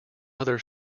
other